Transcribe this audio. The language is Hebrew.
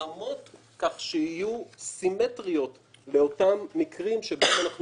ההתאמות כך שיהיו סימטריות לאותם המקרים שבהם אנחנו